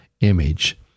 image